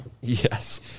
Yes